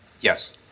Yes